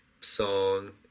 song